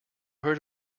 heard